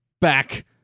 back